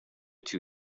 two